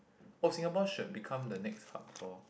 oh Singapore should become the next hub for